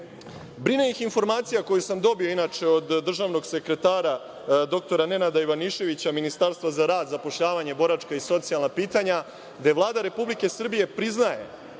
Brine ih informacija koju sam inače dobio od državnog sekretara dr Nenada Ivaniševića iz Ministarstva za rad, zapošljavanje, boračka i socijalna pitanja gde Vlada Republike Srbije priznaje